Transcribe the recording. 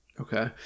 Okay